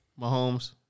Mahomes